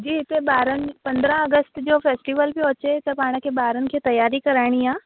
जी हिते ॿारनि पंद्रहं अगस्त जो फ़ेस्टिवल पियो अचे त पाण खे ॿारनि खे तयारी कराइणी आहे